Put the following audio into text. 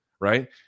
right